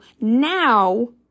Now